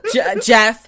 Jeff